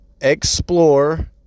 explore